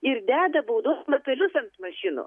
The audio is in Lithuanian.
ir deda baudos lapelius ant mašinų